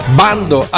bando